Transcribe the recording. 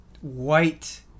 white